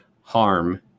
harm